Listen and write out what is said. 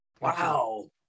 Wow